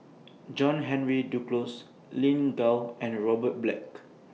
John Henry Duclos Lin Gao and Robert Black